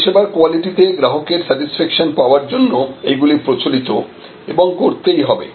পরিষেবার কোয়ালিটিতে গ্রাহকের স্যাটিসফ্যাকশন পাওয়ার জন্য এইগুলি প্রচলিত এবং করতেই হবে